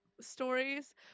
Stories